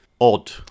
odd